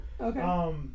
Okay